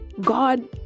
god